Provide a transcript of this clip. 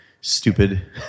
stupid